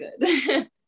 good